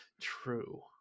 True